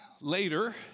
later